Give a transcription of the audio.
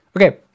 okay